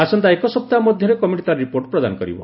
ଆସନ୍ତା ଏକସପ୍ତାହ ମଧ୍ୟରେ କମିଟି ତା'ର ରିପୋର୍ଟ ପ୍ରଦାନ କରିବ